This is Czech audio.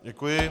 Děkuji.